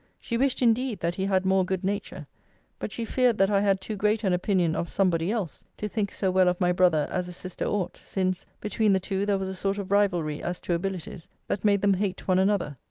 she wished, indeed, that he had more good nature but she feared that i had too great an opinion of somebody else, to think so well of my brother as a sister ought since, between the two, there was a sort of rivalry, as to abilities, that made them hate one another.